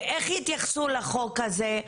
ואיך יתייחסו לחוק הזה.